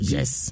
Yes